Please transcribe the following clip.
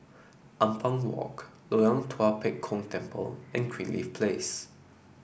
Ampang Walk Loyang Tua Pek Kong Temple and Greenleaf Place